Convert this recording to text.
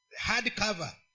Hardcover